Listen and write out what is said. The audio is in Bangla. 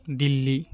দিল্লি